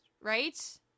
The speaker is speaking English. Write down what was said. right